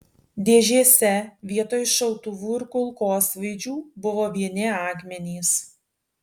dėžėse vietoj šautuvų ir kulkosvaidžių buvo vieni akmenys